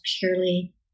purely